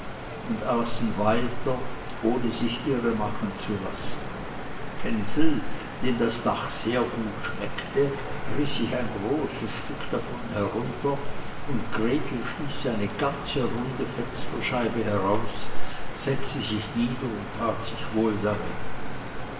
und aßen weiter ohne sich irre machen zu lassen hänsel dem das dach sehr gut schmeckte riß sich ein großes stück davon herunter und gretel stieß eine ganze runde fensterscheibe heraus setzte sich nieder und tat sich wohl damit